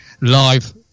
live